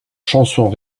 chansons